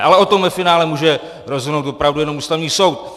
Ale o tom ve finále může rozhodnout opravdu jenom Ústavní soud.